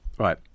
Right